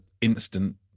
instant